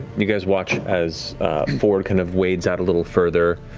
you guys watch as fjord kind of wades out a little further,